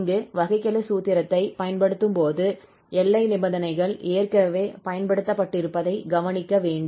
இங்கு வகைக்கெழு சூத்திரத்தைப் பயன்படுத்தும்போது எல்லை நிபந்தனைகள் ஏற்கனவே பயன்படுத்தப்பட்டிருப்பதைக் கவனிக்க வேண்டும்